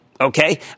okay